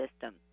system